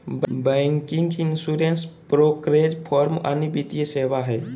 banking, insurance, brokerage firm अन्य वित्तीय सेवा हय